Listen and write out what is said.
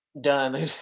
done